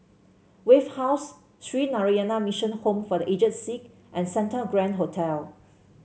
Wave House Sree Narayana Mission Home for The Aged Sick and Santa Grand Hotel